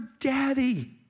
daddy